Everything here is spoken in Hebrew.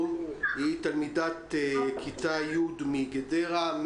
תלמידת כיתה י' מגדרה,